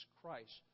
Christ